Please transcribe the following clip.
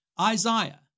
Isaiah